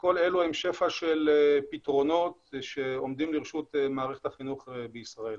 וכל זה עם שפע פתרונות שעומדים לרשות מערכת החינוך בישראל.